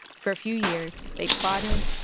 for a few years, they plotted,